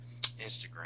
Instagram